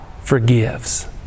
forgives